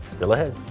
still ahead.